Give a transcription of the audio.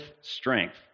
strength